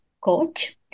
coach